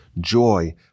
joy